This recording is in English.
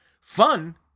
fun